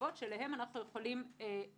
המורכבות שאליהן אנחנו יכולים להגיע.